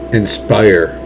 inspire